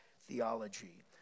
theology